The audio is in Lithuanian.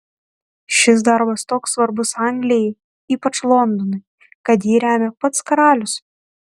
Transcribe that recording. šis darbas toks svarbus anglijai ypač londonui kad jį remia pats karalius